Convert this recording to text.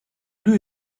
deux